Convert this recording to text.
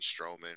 Strowman